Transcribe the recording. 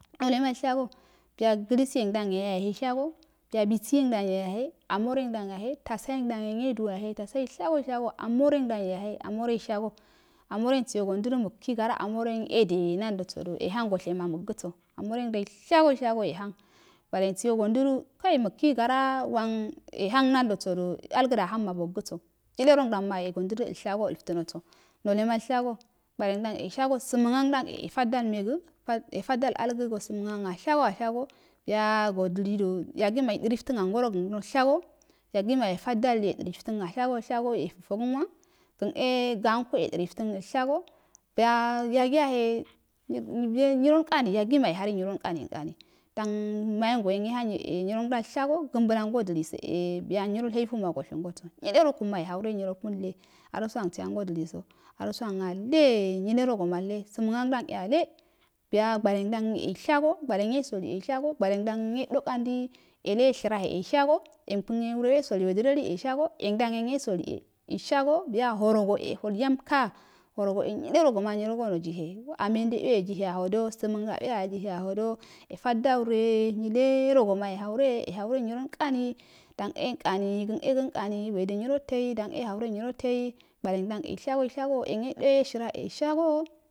Nale malshego biya glase yengdan yahenshago biyu bisiyengdan yohe am ovregdon yehe tasaye ngdan yahe yen yedun ojah ishago ieshago almowre ngdau yahe almmor reishaso almor ensiyo gondado mukigi almorten edinadaso du yehansoshe ma mug aso almarrengdon isheg shaso yehan gwaleron yo gondədu kou mukkuyi gara wan yehan nadosodu aldə dahan ma mugaso ijlerongdon ma anda dulshasoi noso nole malshago gwalengda ishago burnagdom e fadal mega de eifadal algado sumn own ashgo biyaso dilidu yagima darelto a ngoroishago yagima yedora ftan a shago shags efu ifagama gan e gonko e yeda raftan ashagoko buya yagə rəftan ashago buya yagi yahe en nnyronkoomi yagima yahara ngurai nkami nkami dan majen gon yehanyo e nyirong donushago gan blango dilibo e buya nyuhafu ma soshisoso nyilerokun ma jehaure nyiroke nlle arusu omso godiliso arusuan all nyillero malle suman anrdan e allo biyo gwale ngdan e shago gwalen yesoli e shago gwole yodo kandi yen yeshinedne eshago. yenkun yen yawe saligu wedədo li eshasi yengdan yesd e shaso yangdan yesodi e shaso biya noroso e hol yanka. horoso e nyile rogu ma nojehe ame ndeuwe jejiheaholo suməngan boe ajiheyu hodo yefadu lure nyurogomo yeheare yehare nyural nkaru dan e nkani gen e nkani wedə nyro tei n e yahare tai gwalengadan e shaso shago yenyedo yehira hedo ursago,